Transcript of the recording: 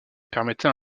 permettait